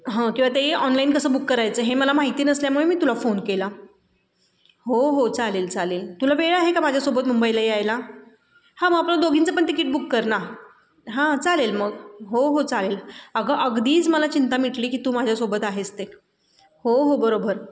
हं किंवा ते ऑनलाईन कसं बुक करायचं हे मला माहिती नसल्यामुळे मी तुला फोन केला हो हो चालेल चालेल तुला वेळ आहे का माझ्यासोबत मुंबईला यायला हां मग आपलं दोघींचं पण तिकीट बुक कर ना हां चालेल मग हो हो चालेल अगं अगदीच मला चिंता मिटली की तू माझ्यासोबत आहेस ते हो हो बरोबर